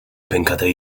pękatej